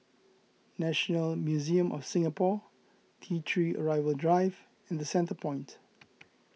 National Museum of Singapore T three Arrival Drive and the Centrepoint